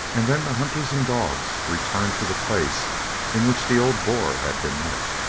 and then the hunters and dogs returned to the place in which the old boar had been left.